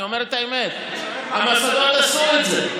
אני אומר את האמת: המוסדות עשו את זה.